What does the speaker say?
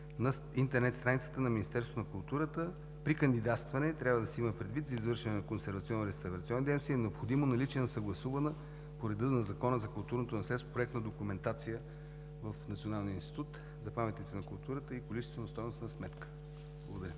на интернет страницата на Министерството на културата. При кандидатстване трябва да се има предвид: за извършване на консервационно-реставрационни дейности е необходимо наличие на съгласувана по реда на Закона за културното наследство проектна документация в Националния институт за паметниците на културата и количествено-стойностна сметка. Благодаря.